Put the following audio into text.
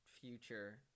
future